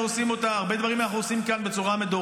אנחנו,